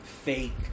fake